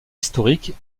historiques